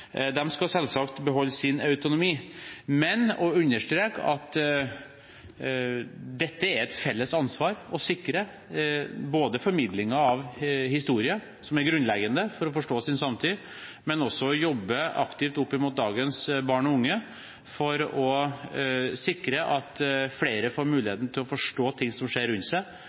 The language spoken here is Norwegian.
skal selvsagt beholde sin autonomi – men å understreke at dette er det et felles ansvar å sikre: både formidlingen av historien, som er grunnleggende for å forstå samtiden, og å jobbe aktivt opp mot dagens barn og unge for å sikre at flere får